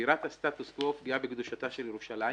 שבירת הסטטוס קוו ופגיעה בקדושתה של ירושלים.